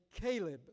Caleb